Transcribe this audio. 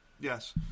Yes